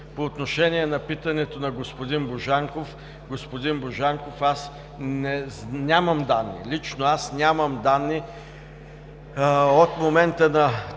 По отношение на питането на господин Божанков – господин Божанков, аз нямам данни, лично аз нямам данни от момента на